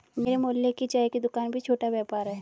मेरे मोहल्ले की चाय की दूकान भी छोटा व्यापार है